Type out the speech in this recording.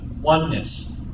oneness